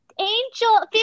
angel